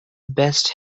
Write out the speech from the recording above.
best